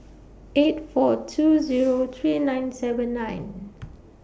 eight four two Zero three nine seven nine